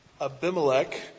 Abimelech